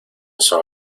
son